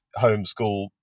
homeschool